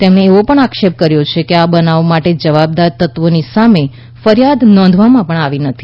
તેમણે એવો પણ આક્ષેપ કર્યો છે કે આ બનાવ માટે જવાબદાર તત્વોની સામે ફરિયાદ નોંધવામાં આવી નથી